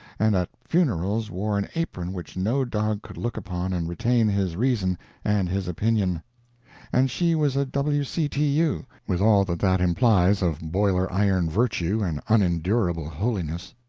and at funerals wore an apron which no dog could look upon and retain his reason and his opinion and she was a w. c. t. u, with all that that implies of boiler-iron virtue and unendurable holiness.